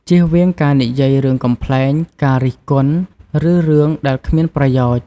ជៀសវាងការនិយាយរឿងកំប្លែង ការរិះគន់ ឬរឿងដែលគ្មានប្រយោជន៍។